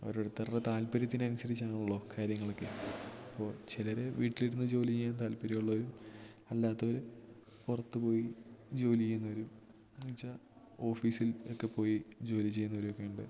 ഓരോരുത്തരുടെ താല്പര്യത്തിനനുസരിച്ചാണല്ലോ കാര്യങ്ങളൊക്കെ അപ്പോൾ ചിലർ വീട്ടിലിരുന്ന് ജോലി ചെയ്യാൻ താല്പര്യമുള്ളവരും അല്ലാത്തവർ പുറത്തുപോയി ജോലി ചെയ്യുന്നവരും എന്നു വെച്ചാൽ ഓഫീസിൽ ഒക്കെ പോയി ജോലി ചെയ്യുന്നവരൊക്കെ ഉണ്ട്